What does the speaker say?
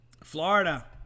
Florida